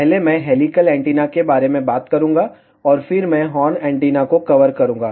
पहले मैं helical antenna के बारे में बात करूंगा और फिर मैं हॉर्न एंटीना को कवर करूंगा